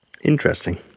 Interesting